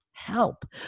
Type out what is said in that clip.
help